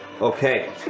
okay